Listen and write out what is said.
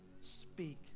Speak